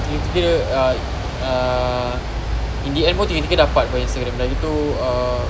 tiga-tiga ah err in the end tiga-tiga dapat [pe] Instagram dah gitu err